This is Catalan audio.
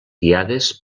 guiades